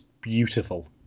beautiful